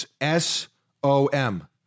S-O-M